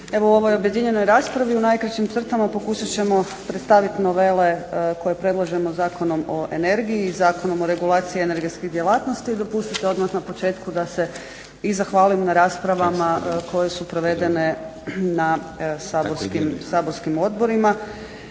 Evo u ovoj objedinjenoj raspravi u najkraćim crtama pokušat ćemo predstavit novele koje predlažemo Zakonom o energiji i Zakonom o regulaciji energetskih djelatnosti. Dopustite odmah na početku da se i zahvalim na raspravama koje su provedene na saborskim odborima